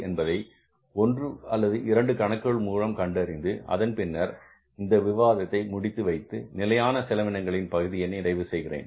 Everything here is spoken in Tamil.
என்பதை ஒன்று அல்லது இரண்டு கணக்குகள் மூலம் கண்டறிந்து அதன் பின்னர் இந்த விவாதத்தை முடித்து வைத்து நிலையான செலவினங்களின் பகுதியை நிறைவு செய்கிறேன்